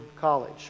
College